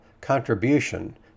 contribution